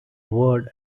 word